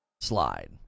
slide